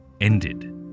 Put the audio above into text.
ended